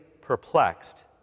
perplexed